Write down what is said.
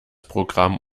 programm